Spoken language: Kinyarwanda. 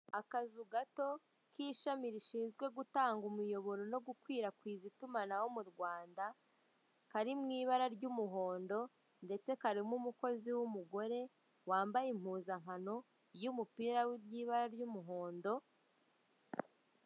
Akazu gato k'ishami rishinzwe gutanga umuyoboro no gukwirakwiza itumanaho mu Rwanda, kari mu ibara ry'umuhondo, ndetse karimo umukozi w'umugore wambaye impuzankano y'umupira w'ibara ry'umuhondo.